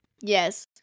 yes